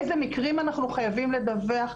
איזה מקרים אנחנו חייבים לדווח.